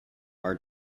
are